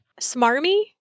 Smarmy